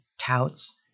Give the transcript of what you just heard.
touts